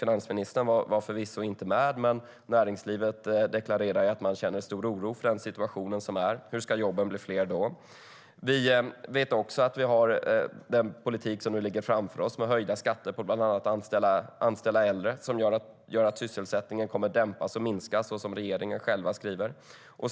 Finansministern var förvisso inte med. Men näringslivet deklarerade att det känner stor oro för den situation som är. Hur ska jobben då bli fler? Vi vet också att vi har den politik som nu ligger framför oss med höjda skatter på att bland annat anställa äldre. Det gör att sysselsättningen kommer att dämpas och minskas, så som regeringen själv skriver.